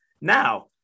Now